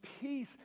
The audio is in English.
Peace